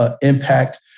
impact